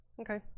okay